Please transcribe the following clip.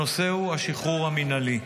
הנושא הוא: השחרור המינהלי.